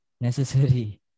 necessary